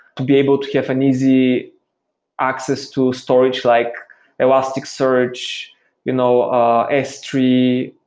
to be able to have an easy access to storage like elastic search, you know ah s three,